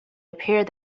appeared